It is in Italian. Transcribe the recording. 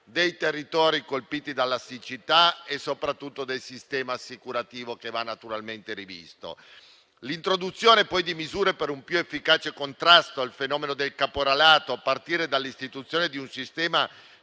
dei territori colpiti dalla siccità e soprattutto del sistema assicurativo, che va naturalmente rivisto. Vi è poi l'introduzione di misure per un più efficace contrasto al fenomeno del caporalato, a partire dall'istituzione di un sistema